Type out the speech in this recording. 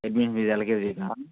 admission fee LKG కా